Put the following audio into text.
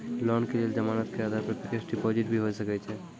Loan के लेल जमानत के आधार पर फिक्स्ड डिपोजिट भी होय सके छै?